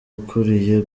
ukuriye